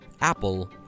Apple